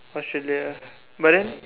Australia but then